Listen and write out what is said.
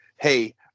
Hey